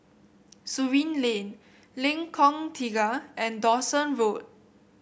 Surin Lane Lengkong Tiga and Dawson Road